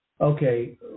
Okay